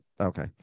okay